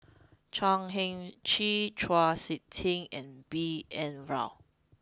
Chan Heng Chee Chau Sik Ting and B N Rao